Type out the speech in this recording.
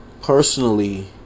Personally